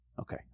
Okay